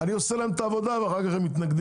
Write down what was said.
אני עושה להם את העבודה ואחר כך הם מתנגדים